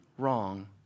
wrong